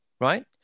right